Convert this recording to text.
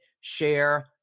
Share